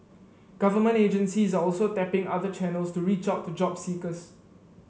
government agencies are also tapping other channels to reach out to job seekers